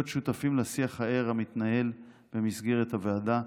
שותפים לשיח הער המתנהל במסגרת הוועדה,